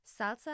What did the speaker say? salsa